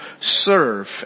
serve